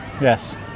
yes